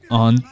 on